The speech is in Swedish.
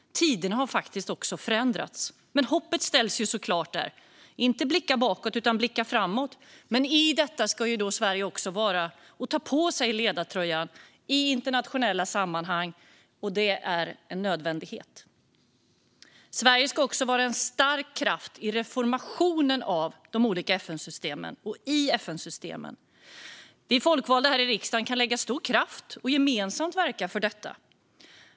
Tiderna har faktiskt också förändrats. Men hoppet finns såklart. Vi ska inte blicka bakåt utan framåt. Här ska Sverige också ta på sig ledartröjan i internationella sammanhang; detta är en nödvändighet. Sverige ska också vara en stark kraft i reformeringen av de olika FN-systemen och inom FN-systemen. Vi folkvalda här i riksdagen kan lägga stor kraft på och gemensamt verka för detta.